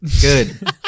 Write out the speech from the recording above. good